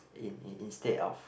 in in instead of